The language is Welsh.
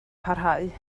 parhau